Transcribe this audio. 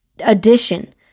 addition